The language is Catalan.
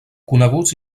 coneguts